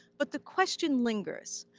but the question lingers,